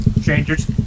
Strangers